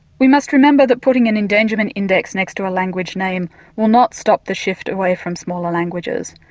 we must remember that putting an endangerment index next to a language name will not stop the shift away from smaller languages.